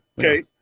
Okay